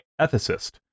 ethicist